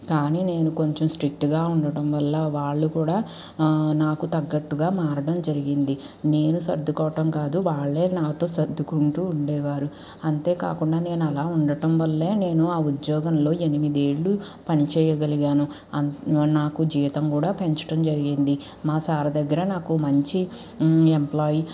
కానీ నేను కొంచెం స్ట్రిక్ట్గా ఉండటం వల్ల వాళ్లు కూడా నాకు తగ్గట్టుగా మారడం జరిగింది నేను సర్దుకోవడం కాదు వాళ్లే నాతో సర్దుకుంటూ ఉండేవారు అంతేకాకుండా నేను అలా ఉండటం వల్లే నేను ఆ ఉద్యోగంలో ఎనిమిది ఏళ్లు పనిచేయగలిగాను నాకు జీవితం కూడా పెంచడం జరిగింది మా సార్ దగ్గర నాకు మంచి ఎంప్లాయి